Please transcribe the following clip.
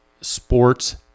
sports